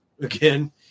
again